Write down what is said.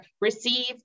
receive